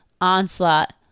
Onslaught